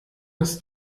das